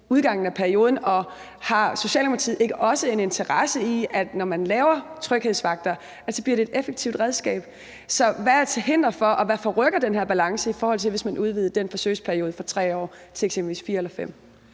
udgangen af perioden? Og har Socialdemokratiet ikke også en interesse i, at det, når man får tryghedsvagter, bliver et effektivt redskab? Så hvad er til hinder for det, og hvad forrykker den her balance i forhold til at udvide den forsøgsperiode på 3 år til eksempelvis 4 eller 5